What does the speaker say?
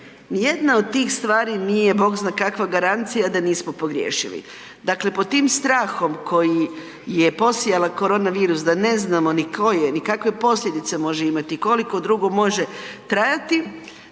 Nijedna od tih stvari nije bog zna kakva garancija da nismo pogriješili. Dakle, pod tim strahom koji je posijao korona virus da ne znamo ni ko je, ni kakve posljedice može imati, koliko dugo može trajati,